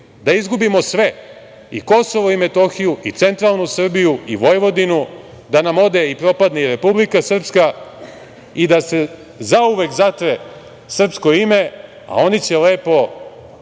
da izgubimo sve, i Kosovo i Metohiju i centralnu Srbiji i Vojvodinu, da nam ode i propadne i Republika Srpska i da se zauvek zatre srpsko ime, a oni će lepo